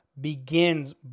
begins